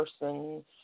Person